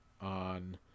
on